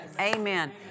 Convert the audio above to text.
Amen